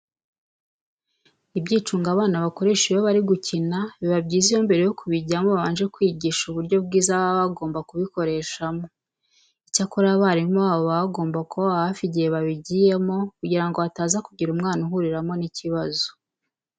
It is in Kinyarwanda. Ibyicungo abana bakoresha iyo bari gukina biba byiza iyo mbere yo kubijyamo babanje kwigisha uburyo bwiza baba bagomba kubikoreshamo. Icyakora abarimu babo baba bagomba kubaba hafi igihe babigiyemo kugira ngo hataza kugira umwana uhuriramo n'ibibazo.